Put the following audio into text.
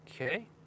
Okay